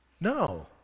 No